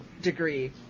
degree